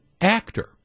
actor